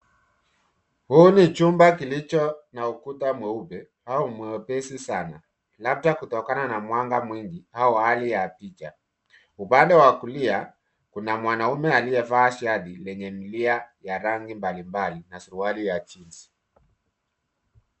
Huu ni chumba kilicho na ukuta mweupe au mwepesi sana labda kutokana na mwanga mwingi au hali ya picha. Upande wa kulia kuna mwanaume aliyevaa shati lenye milia ya rangi mbalimbali na suruali ya jeans .